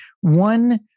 one